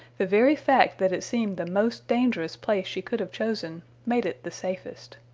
the very fact that it seemed the most dangerous place she could have chosen made it the safest.